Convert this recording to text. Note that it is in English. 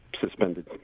suspended